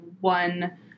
One